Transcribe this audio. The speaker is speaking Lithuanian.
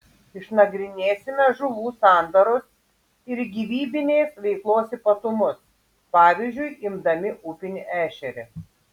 išnagrinėsime žuvų sandaros ir gyvybinės veiklos ypatumus pavyzdžiu imdami upinį ešerį